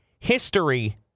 History